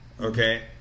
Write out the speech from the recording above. Okay